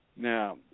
Now